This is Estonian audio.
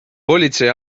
politsei